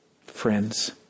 friends